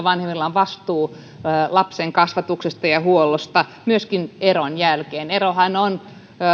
vanhemmilla on vastuu lapsen kasvatuksesta ja ja huollosta myöskin eron jälkeen erohan on